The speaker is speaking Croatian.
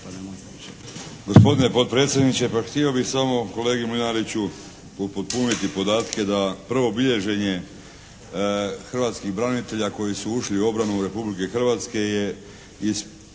hrvatskih branitelja koji su ušli u obranu Republike Hrvatske je iz '90.